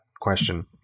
question